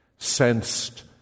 sensed